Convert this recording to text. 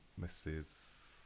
Mrs